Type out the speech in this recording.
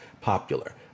popular